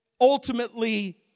ultimately